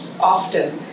often